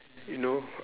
you know